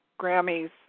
Grammys